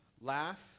laugh